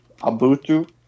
Abutu